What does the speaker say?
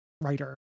writer